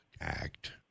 act